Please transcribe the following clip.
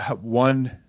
one